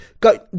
go